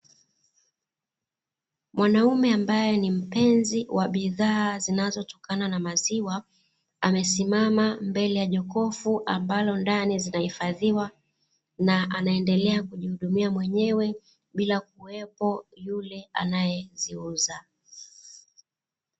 Mwanaume ambae ni mpenzi wa bidhaa zinazotokana na maziwa amesimama mbele ya jokofu ambalo ndani zinahifadhiwa, na anaendelea kujihudumia mwenyewe bila kuwepo yule anaeziuza.